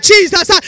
Jesus